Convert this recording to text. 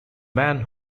man